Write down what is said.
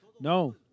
No